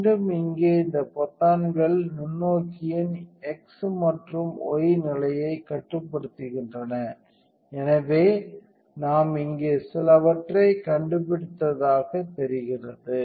மீண்டும் இங்கே இந்த பொத்தான்கள் நுண்ணோக்கியின் x மற்றும் y நிலையை கட்டுப்படுத்துகின்றன எனவே நாம் இங்கே சிலவற்றை கண்டுபிடித்ததாக தெரிகிறது